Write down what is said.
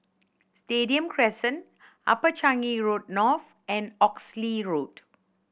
Stadium Crescent Upper Changi Road North and Oxley Road